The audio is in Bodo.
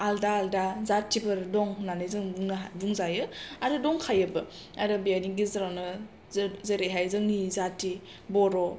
आलदा आलदा जाथिफोर दं होन्नानै जों बुंजायो आरो दंखायोबो आरो बेनि गेजेरावनो जेरैहाय जोंनि जाथि बर'